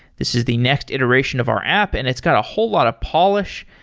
this is the next iteration of our app and it's got a whole lot of polish.